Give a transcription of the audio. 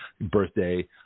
birthday